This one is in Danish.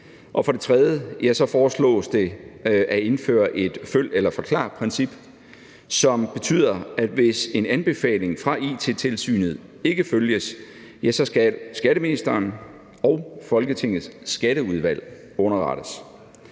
For det tredje foreslås det at indføre et følg eller forklar-princip, som betyder, at hvis en anbefaling fra It-tilsynet ikke følges, skal skatteministeren og Folketingets Skatteudvalg underrettes.